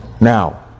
Now